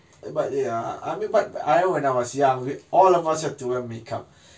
but they are I mean but I mean when I was young all of us have to wear make up